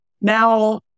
Now